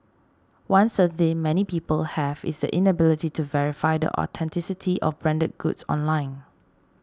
one they many people have is the inability to verify the authenticity of branded goods online